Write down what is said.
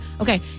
Okay